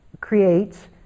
creates